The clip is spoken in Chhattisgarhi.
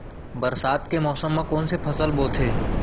बरसात के मौसम मा कोन से फसल बोथे?